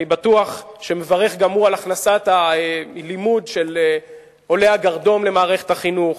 אני בטוח שהוא מברך גם על הכנסת הלימוד על עולי הגרדום למערכת החינוך,